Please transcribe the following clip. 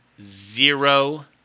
zero